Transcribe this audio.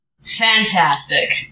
fantastic